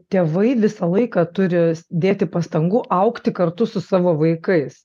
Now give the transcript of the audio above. tėvai visą laiką turi dėti pastangų augti kartu su savo vaikais